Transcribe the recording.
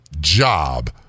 job